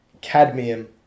cadmium